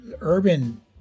urban